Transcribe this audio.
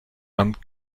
and